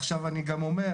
עכשיו, אני גם אומר,